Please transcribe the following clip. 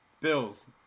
Bills